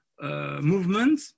movement